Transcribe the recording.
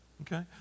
okay